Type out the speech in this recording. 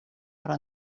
però